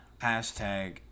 Hashtag